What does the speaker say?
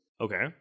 Okay